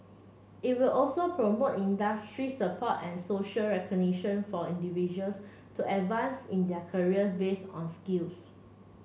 it will also promote industry support and social recognition for individuals to advance in their careers based on skills